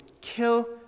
kill